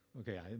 Okay